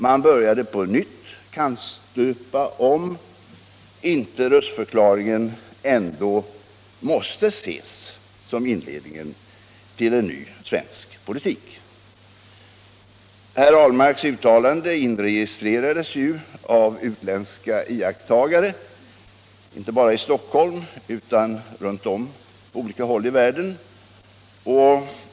Man började på nytt kannstöpa kring om inte röstförklaringen ändå måste ses som inledningen till en ny svensk politik. Per Ahlmarks uttalande inregistrerades av utländska iakttagare inte bara i Stockholm utan på olika håll runt om i världen.